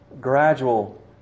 gradual